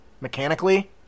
mechanically